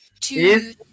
two